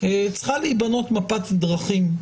צריכה להיבנות מפת דרכים.